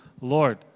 Lord